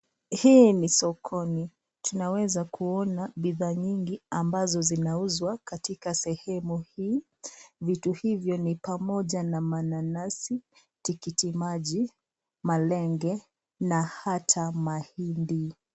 Hii ni sokoni. Tunaweza kuona bidhaa nyingi ambazo zinauzwa katika sehemu hii. Vitu hivyo ni pamoja na mananasi, tikiti maji, malenge na hata mahindi.